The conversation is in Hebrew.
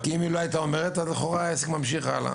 כי אם היא לא הייתה אומרת אז לכאורה העסק היה ממשיך הלאה.